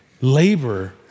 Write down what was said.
labor